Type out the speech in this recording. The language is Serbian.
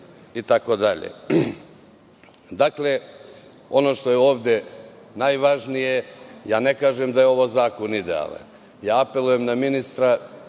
suda. Dakle, ono što je ovde najvažnije, ne kažem da je ovaj zakon idealan. Apelujem na ministra